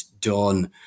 done